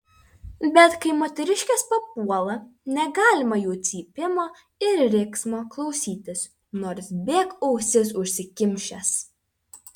bet kai moteriškės papuola negalima jų cypimo ir riksmo klausytis nors bėk ausis užsikimšęs